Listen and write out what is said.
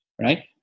right